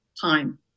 Time